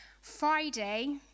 Friday